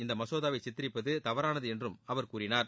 இந்த மசோதாவை சித்தரிப்பது தவறானது என்றும் அவர் கூறினார்